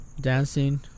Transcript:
dancing